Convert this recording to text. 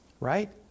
right